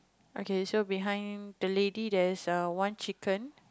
okay so behind the lady there's err one chicken